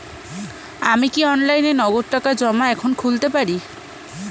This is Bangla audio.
আমি কি অনলাইনে নগদ টাকা জমা এখন খুলতে পারি?